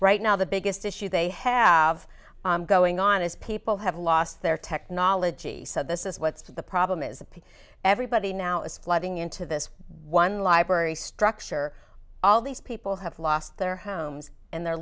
right now the biggest issue they have going on is people have lost their technology so this is what's the problem is that everybody now is flooding into this one library structure all these people have lost their homes and they're